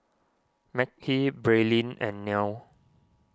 Makhi Braelyn and Nelle